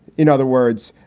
in other words,